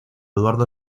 eduardo